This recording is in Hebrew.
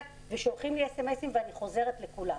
ושולחים לי אס.אם.אסים ואני חוזרת לכולם.